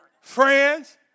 Friends